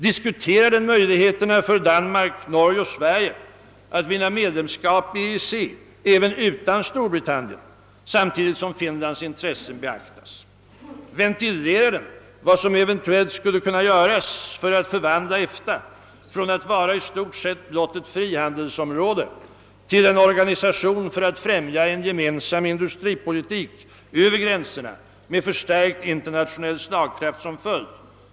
Diskuterar den möjligheterna för Danmark, Norge och Sverige att — samtidigt som Finlands intressen beaktas — vinna medlemskap i EEC, även om Storbritannien kommer att stå utanför? Ventilerar den vad som eventuellt skulle kunna göras för att förvandla EFTA från att vara i stort sett blott ett frihandelsområde till att bli en organisation t.ex. för att främja en gemensam industripolitik över gränserna med förstärkt internationell slagkraft som följd?